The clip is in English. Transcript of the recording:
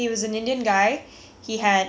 black hair I guess ah